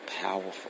powerful